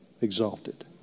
exalted